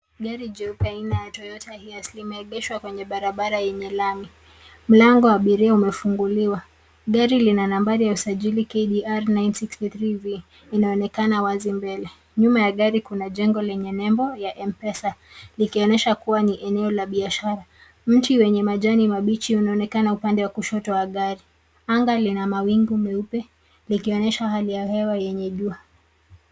Gari jeupe aina ya Toyota hiace limeegeshwa kwenye barabara yenye lami. Mlango wa abiria umefunguliwa. Gari lina nambari ya usajili KDR 963V. Inaonekana wazi mbele. Nyuma ya gari kuna jengo lenye nembo ya M-Pesa likionyesha kuwa ni eneo la biashara. Mti wenye majani mabichi unaonekana upande wa kushoto wa gari. Anga lina mawingu meupe likionyesha hali ya hewa yenye jua.